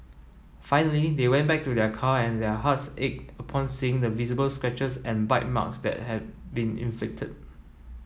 finally they went back to their car and their hearts ached upon seeing the visible scratches and bite marks that had been inflicted